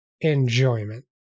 enjoyment